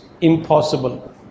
impossible